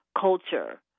culture